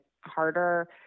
harder